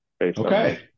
Okay